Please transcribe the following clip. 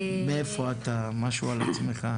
מאיפה אתה, משהו על עצמך.